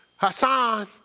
Hassan